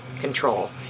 control